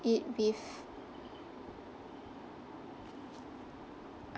eat beef